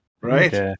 Right